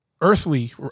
earthly